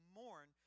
mourn